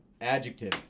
Adjective